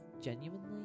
genuinely